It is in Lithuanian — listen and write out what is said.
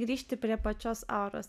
grįžti prie pačios auros